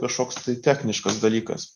kažkoks tai techniškas dalykas